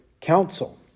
council